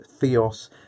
theos